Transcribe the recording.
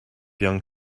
young